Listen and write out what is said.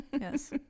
Yes